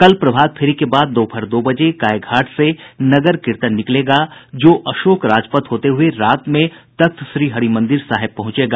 कल प्रभातफेरी के बाद दोपहर दो बजे गायघाट से नगर कीर्तन निकलेगा जो अशोक राजपथ होते हुए रात में तख्त श्री हरिमंदिर साहिब पहुंचेगा